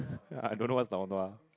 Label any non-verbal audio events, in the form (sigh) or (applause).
(breath) ya I don't know what's lao nua